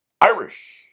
Irish